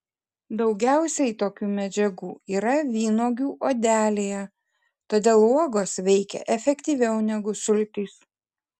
daugiausiai tokių medžiagų yra vynuogių odelėje todėl uogos veikia efektyviau negu sultys